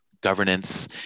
governance